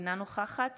אינה נוכחת